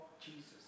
Jesus